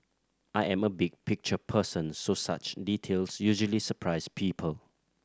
I am a big picture person so such details usually surprise people